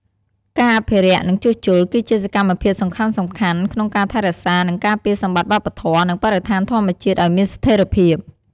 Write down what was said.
ការអភិរក្ស និងជួសជុល គឺជាសកម្មភាពសំខាន់ៗក្នុងការថែរក្សា និងការពារសម្បត្តិវប្បធម៌ និងបរិស្ថានធម្មជាតិឱ្យមានស្ថេរភាព។